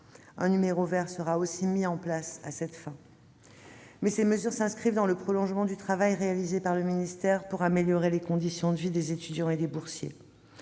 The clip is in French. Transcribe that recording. Un numéro vert sera aussi mis en place à cette fin. Ces mesures s'inscrivent dans le prolongement du travail réalisé par le ministère pour améliorer les conditions de vie des étudiants et des boursiers.